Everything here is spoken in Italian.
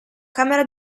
camera